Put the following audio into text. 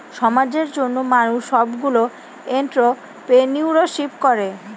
সমাজের জন্য মানুষ সবগুলো এন্ট্রপ্রেনিউরশিপ করে